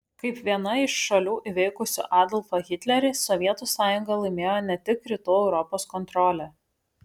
kaip viena iš šalių įveikusių adolfą hitlerį sovietų sąjunga laimėjo ne tik rytų europos kontrolę